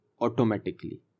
automatically